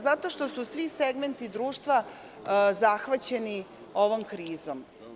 Zato što su svi segmenti društva zahvaćeni ovom krizom.